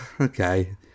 okay